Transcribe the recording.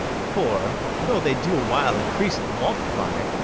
for, though they do a while increase and multiply,